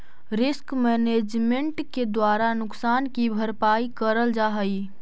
risk management के द्वारा नुकसान की भरपाई करल जा हई